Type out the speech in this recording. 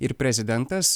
ir prezidentas